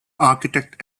architect